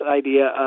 idea